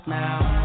now